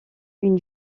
une